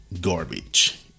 garbage